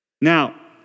Now